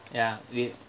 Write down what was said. ya we